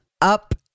up